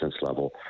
level